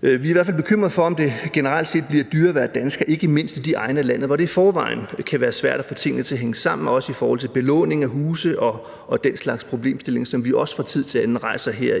Vi er i hvert fald bekymrede for, om det generelt set bliver dyrere at være dansker, ikke mindst i de egne af landet, hvor det i forvejen kan være svært at få tingene til at hænge sammen, og også i forhold til belåning af huse og den slags problemstillinger, som vi også fra tid til anden rejser her